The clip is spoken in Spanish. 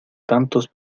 tantos